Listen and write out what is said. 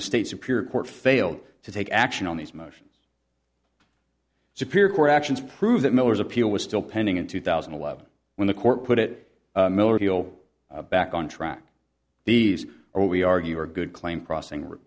the state superior court failed to take action on these motions superior court actions prove that miller's appeal was still pending in two thousand and eleven when the court put it miller deal back on track these are what we argue are good claim processing or